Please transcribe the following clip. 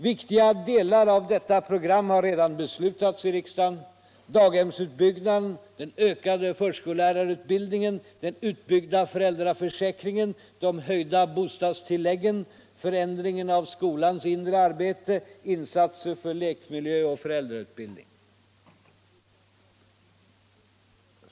Viktiga delar av detta program har redan beslutats i riksdagen: daghems utbyggnaden, den ökade förskollärarutbildningen, den utbyggda föräldraförsäkringen, de höjda bostadstilläggen, förändringen av skolans inre arbete, insatser för lekmiljön och föräldrautbildning.